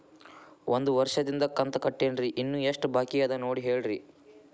ಒಂದು ವರ್ಷದಿಂದ ಕಂತ ಕಟ್ಟೇನ್ರಿ ಇನ್ನು ಎಷ್ಟ ಬಾಕಿ ಅದ ನೋಡಿ ಹೇಳ್ರಿ